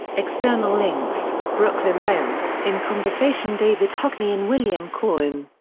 external links brooklyn rail in conversation david hockney and william corwin.